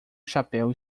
chapéu